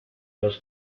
los